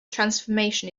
transformation